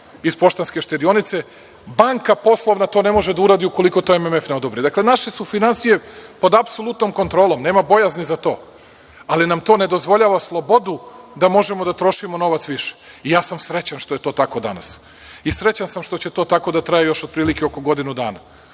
iz Poštanske štedionice. Banka poslovna to ne može da uradi, ukoliko to MMF ne odobri. Dakle, naše su finansije pod apsolutnom kontrolom. Nema bojazni za to, ali nam to ne dozvoljava slobodu da možemo da trošimo novac više. Ja sam srećan što je to tako danas i srećan sam što će to tako traje još otprilike oko godinu dana.